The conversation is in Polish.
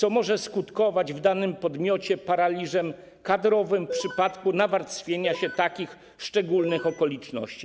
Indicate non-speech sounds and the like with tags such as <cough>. To może skutkować w danym podmiocie paraliżem kadrowym <noise> w przypadku nawarstwienia się takich szczególnych okoliczności.